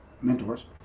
mentors